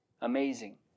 Amazing